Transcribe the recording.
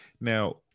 Now